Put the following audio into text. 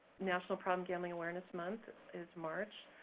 national problem gambling awareness month is march.